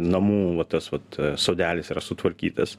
namų va tas vat sodelis yra sutvarkytas